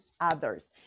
others